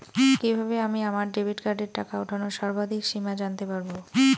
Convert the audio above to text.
কিভাবে আমি আমার ডেবিট কার্ডের টাকা ওঠানোর সর্বাধিক সীমা জানতে পারব?